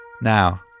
Now